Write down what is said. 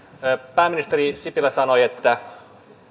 pääministeri sipilä sanoi että